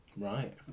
Right